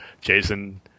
Jason